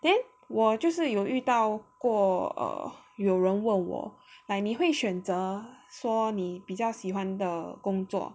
then 我就是有遇到过 err 有人问我 like 你会选择说你比较喜欢的工作